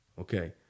okay